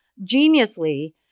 geniusly